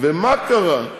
ומה קרה?